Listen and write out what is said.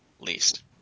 least